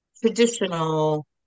traditional